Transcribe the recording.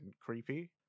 creepy